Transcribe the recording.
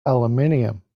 aluminium